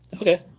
Okay